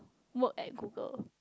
work at Google